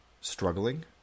struggling